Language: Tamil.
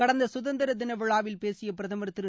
கடந்த சுதந்திர தின விழாவில் பேசிய பிரதமர் திரு